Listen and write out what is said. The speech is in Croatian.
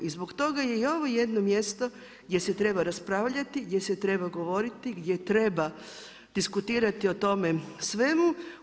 I zbog toga je i ovo jedno mjesto gdje se treba raspravljati, gdje se treba govoriti, gdje treba diskutirati o tome svemu.